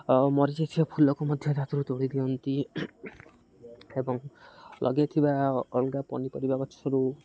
ମରିଯାଇଥିବା ଫୁଲକୁ ମଧ୍ୟ ରାାତରୁ ତୋଳି ଦିଅନ୍ତି ଏବଂ ଲଗେଇଥିବା ଅଲଗା ପନିପରିବା ଗଛରୁ